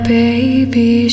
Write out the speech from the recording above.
baby